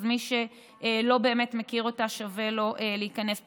אז מי שבאמת לא מכיר אותה, שווה לו להיכנס פנימה.